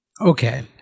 Okay